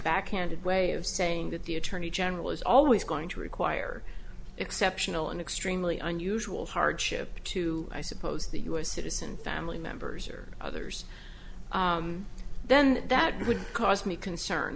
backhanded way of saying that the attorney general is always going to require exceptional and extremely unusual hardship to i suppose the us citizen family members or others then that would cause me concern